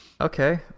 Okay